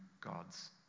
God's